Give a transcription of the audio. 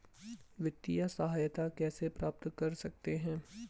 वित्तिय सहायता कैसे प्राप्त कर सकते हैं?